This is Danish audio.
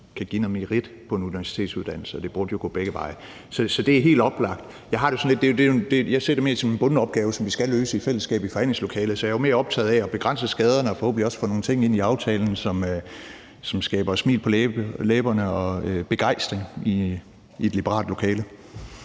kan give noget merit på en universitetsuddannelse, og det burde gå begge veje. Så det er helt oplagt. Jeg har det sådan, at jeg mere ser det som en bunden opgave, som vi skal løse i fællesskab i forhandlingslokalet, så jeg er jo mere optaget af at begrænse skaderne og forhåbentlig også få nogle ting ind i aftalen, som giver smil på læberne og begejstring i et liberalt lokale.